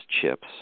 CHIPS